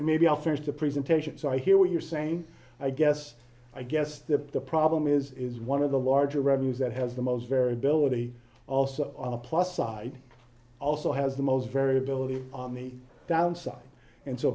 maybe i'll start to presentation so i hear what you're saying i guess i guess that the problem is is one of the larger revenues that has the most variability also on the plus side also has the most variability on the downside and so